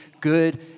good